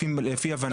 לפי הבנתי,